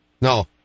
No